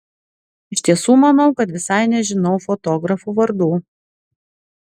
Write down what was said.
iš tiesų manau kad visai nežinau fotografų vardų